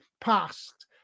passed